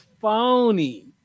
phony